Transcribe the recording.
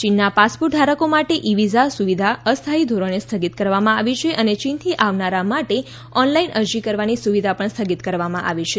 ચીનના પાસપોટધારકો માટે ઈ વીઝા સુવિધા અસ્થાથી ધોરણે સ્થગિત કરવામાં આવી છે અને ચીનથી આવનારા માટે ઓનલાઈન અરજી કરવાની સુવિધા પણ સ્થગિત કરવામાં આવી છે